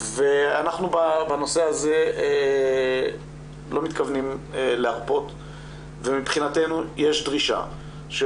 אנחנו בנושא הזה לא מתכוונים להרפות ומבחינתנו יש דרישה של